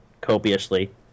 copiously